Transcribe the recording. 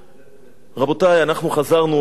אנחנו חזרנו לארץ-ישראל,